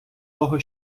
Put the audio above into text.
того